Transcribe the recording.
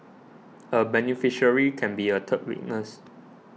a beneficiary can be a third witness